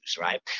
right